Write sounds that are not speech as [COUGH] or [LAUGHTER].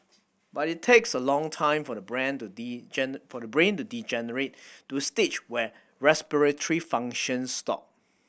but it takes a long time for the brain to [UNINTELLIGIBLE] for the brain to degenerate to a stage where respiratory functions stop